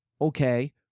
Okay